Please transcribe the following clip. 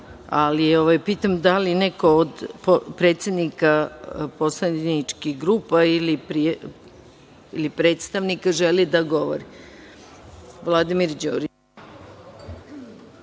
ali pitam da li neko od predsednika poslaničkih grupa ili predstavnika želi da govori? Reč